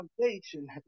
foundation